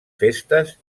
festes